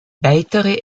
weitere